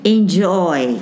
Enjoy